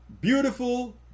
Beautiful